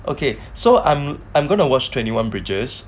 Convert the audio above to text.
okay so I'm I'm going to watch twenty one bridge